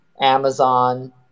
amazon